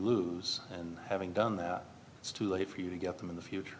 lose having done that it's too late for you to get them in the future